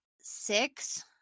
six